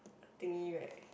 thingy right